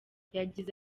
yagize